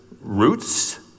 roots